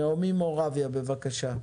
נעמי מורביה, בבקשה.